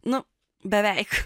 nu beveik